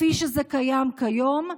מה שקיים כיום,